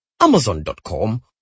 amazon.com